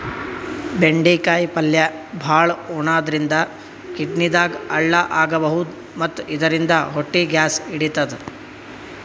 ಬೆಂಡಿಕಾಯಿ ಪಲ್ಯ ಭಾಳ್ ಉಣಾದ್ರಿನ್ದ ಕಿಡ್ನಿದಾಗ್ ಹಳ್ಳ ಆಗಬಹುದ್ ಮತ್ತ್ ಇದರಿಂದ ಹೊಟ್ಟಿ ಗ್ಯಾಸ್ ಹಿಡಿತದ್